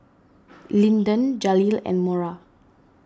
Linden Jaleel and Mora